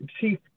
chief